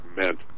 meant